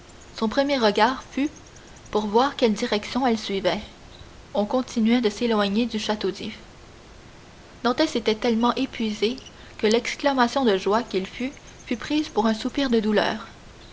son premier regard fut pour voir quelle direction elle suivait on continuait de s'éloigner du château d'if dantès était tellement épuisé que l'exclamation de joie qu'il fit fut prise pour un soupir de douleur